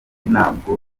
ntabwo